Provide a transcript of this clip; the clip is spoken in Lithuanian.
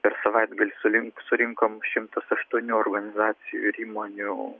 per savaitgalį sulink surinkom šimtas aštuonių organizacijų ir įmonių